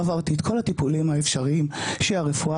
עברתי את כל הטיפולים האפשריים שהרפואה